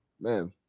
man